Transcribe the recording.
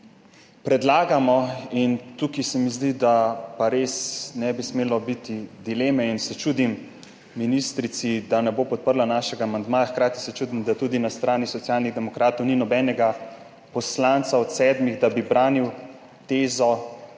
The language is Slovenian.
Predlagamo, in tukaj se mi zdi, da pa res ne bi smelo biti dileme, in se čudim ministrici, da ne bo podprla našega amandmaja, hkrati se čudim, da tudi na strani Socialnih demokratov ni nobenega poslanca od sedmih, da bi branil tezo,